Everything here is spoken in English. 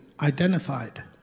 identified